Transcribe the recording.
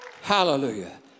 Hallelujah